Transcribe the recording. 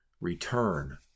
Return